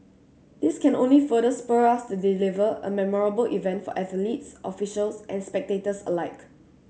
this can only further spur us to deliver a memorable event for athletes officials and spectators alike